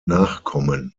nachkommen